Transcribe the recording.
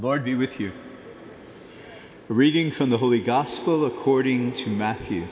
void be with you reading from the holy gospel according to matthew